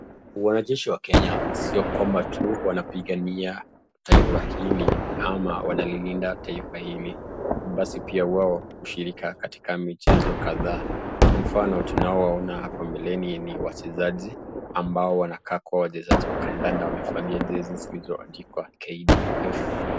Wanajeshi wa Kenya sio kwamba tu wanapigania taifa hili ama wanalilinda taifa hili. Bali pia wao hushiriki katika michezo kadhaa. Kwa mfano tunawaona hapa mbele ni wachezaji ambao wanakaa kwa wachezaji wa kandanda wamevalia jezi zilizoandikwa KDF.